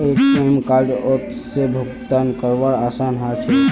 ATM कार्डओत से भुगतान करवार आसान ह छेक